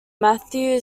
matthew